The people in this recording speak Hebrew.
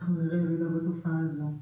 אנחנו נראה ירידה בתופעה הזו.